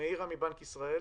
מבנק ישראל.